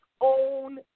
own